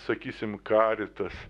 sakysim karitas